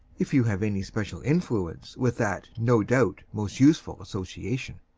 if you have any special influence with that no doubt most useful association?